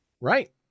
Right